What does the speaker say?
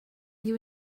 you